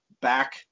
back